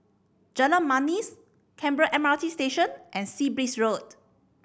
Jalan Manis Canberra M R T Station and Sea Breeze Road